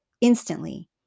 instantly